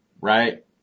right